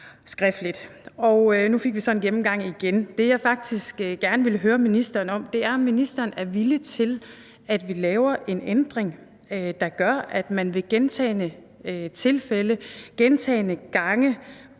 skriftligt. Nu fik vi så en gennemgang igen. Det, jeg faktisk gerne vil høre ministeren om, er, om ministeren er villig til, at vi laver en ændring, der gør, at man i gentagne tilfælde, i gentagne gange